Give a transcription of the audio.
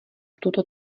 tuto